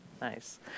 Nice